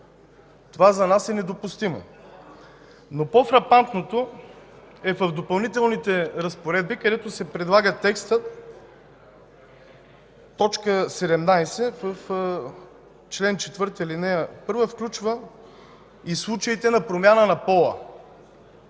Това за нас е недопустимо. Но по-фрапантното е в Допълнителните разпоредби, където се предлага текстът – т. 17, чл. 4, ал. 1 включва „и случаите на промяна на пола”.